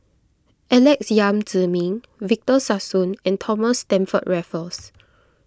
Alex Yam Ziming Victor Sassoon and Thomas Stamford Raffles